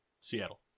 Seattle